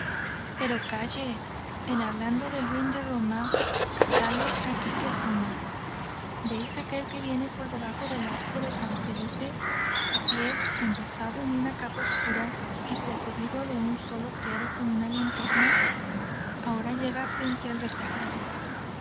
pero calle en hablando del ruin de roma cátale aquí que asoma véis aquél que viene por debajo del arco de san felipe á pie embozado en una capa oscura y precedido de un solo criado con una linterna ahora llega frente al retablo